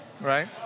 Right